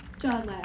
John